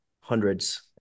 hundreds